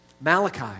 Malachi